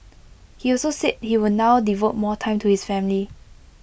he also said he will now devote more time to his family